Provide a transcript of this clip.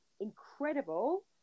incredible